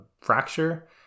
fracture